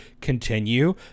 continue